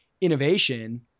innovation